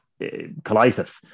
colitis